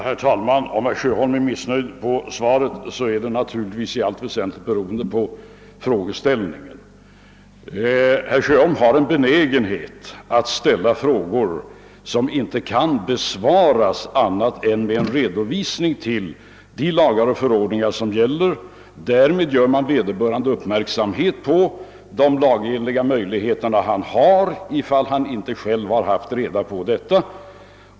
Herr talman! Om herr Sjöholm är missnöjd med svaret kan jag bara hänvisa till frågans formulering. Herr Sjöholm har en benägenhet att ställa frågor som inte kan besvaras på annat sätt än med en redovisning av de lagar och förordningar som gäller. Därmed görs vederbörande uppmärksam på de lagenliga möjligheter som finns ifall han själv inte haft reda på dem.